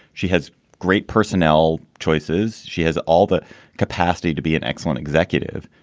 she has great personnel choices. she has all the capacity to be an excellent executive.